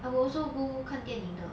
I'm will also go 看电影的